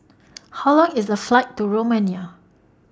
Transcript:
How Long IS The Flight to Romania